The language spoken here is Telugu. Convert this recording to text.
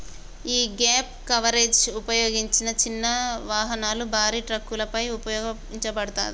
యీ గ్యేప్ కవరేజ్ ఉపయోగించిన చిన్న వాహనాలు, భారీ ట్రక్కులపై ఉపయోగించబడతాది